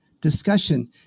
Discussion